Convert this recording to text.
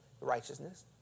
righteousness